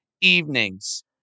evenings